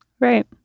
Right